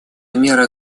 мера